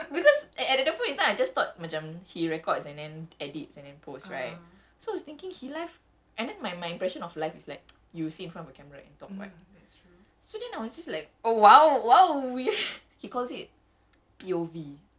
because at that point in time I just thought macam he records and then edits and then posts right so I was thinking he left and then my my impression of live is like you sit in front of the camera and talk right so then I was just like oh !wow! !wow! he cause it P_O_V